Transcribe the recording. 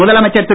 முதலமைச்சர் திரு